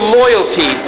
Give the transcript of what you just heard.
loyalty